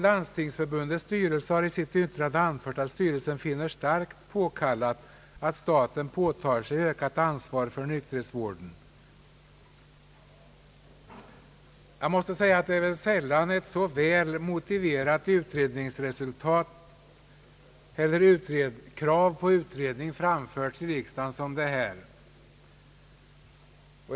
Landstingsförbundets styrelse har i sitt yttrande anfört att »styrelsen finner det starkt påkallat, att staten påtager sig ett ökat kostnadsansvar för nykterhetsvården». Jag måste säga att det är sällan ett så väl motiverat krav på utredning framförts i riksdagen.